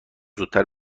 زودتر